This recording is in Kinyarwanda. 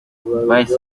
bahise